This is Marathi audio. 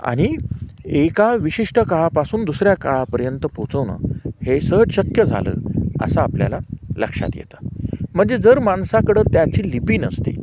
आणि एका विशिष्ट काळापासून दुसऱ्या काळापर्यंत पोहोचवणं हे सहज शक्य झालं असं आपल्याला लक्षात येतं म्हणजे जर माणसाकडं त्याची लिपी नसती